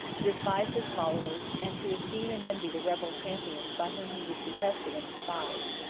to despise his followers, and to esteem and envy the rebel champions by whom he was detested and despised.